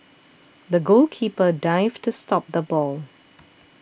the goalkeeper dived to stop the ball